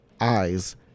eyes